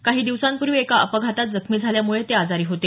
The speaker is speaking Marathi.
काही दिवसांपूर्वी एका अपघातात जखमी झाल्यामुळे ते आजारी होते